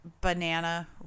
banana